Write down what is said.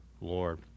Lord